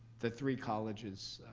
the three colleges.